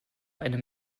eine